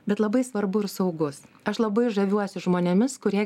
bet labai svarbu ir saugus aš labai žaviuosi žmonėmis kurie